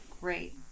great